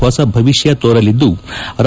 ಹೊಸ ಭವಿಷ್ಣ ತೋರಲಿದ್ಲು